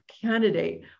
candidate